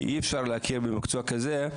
כי אי-אפשר להכיר במקצוע כזה.